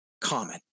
common